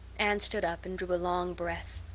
anne stood up and drew a long breath.